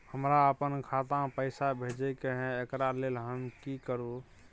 हमरा अपन खाता में पैसा भेजय के है, एकरा लेल हम की करू?